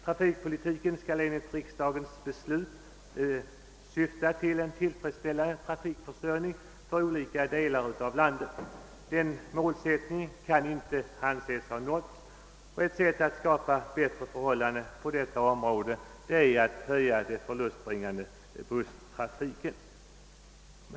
Trafikpolitiken skall enligt riksdagens beslut syfta till en tillfredsställande trafikförsörjning för olika delar av landet. Den målsättningen kan inte anses uppfylld. Ett sätt att skapa bättre förhållanden på detta område är att höja bidraget till den förlustbringande busstrafiken.